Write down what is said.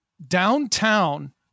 downtown